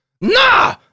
Nah